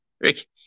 Rick